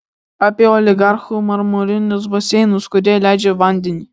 apie oligarchų marmurinius baseinus kurie leidžia vandenį